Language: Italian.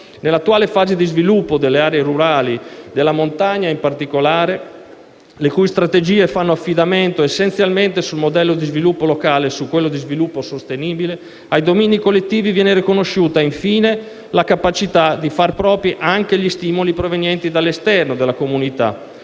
Nell'attuale fase di sviluppo delle aree rurali (in particolare, della montagna), le cui strategie fanno affidamento essenzialmente sul modello di sviluppo locale e su quello di sviluppo sostenibile, ai domini collettivi viene riconosciuta, infine, la capacità di far propri anche gli stimoli provenienti dall'esterno della comunità